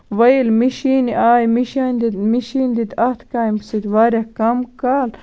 وۄنۍ ییٚلہِ مِشیٖن آیہِ مِشیٲن دیُت مِشیٖن دِتۍ اَتھ کامہِ سۭتۍ واریاہ کَم کال